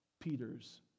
Peter's